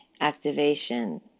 activation